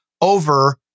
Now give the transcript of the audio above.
over